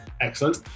Excellent